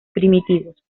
primitivos